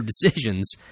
decisions